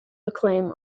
acclaim